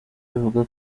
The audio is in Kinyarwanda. ivuga